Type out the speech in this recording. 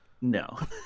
No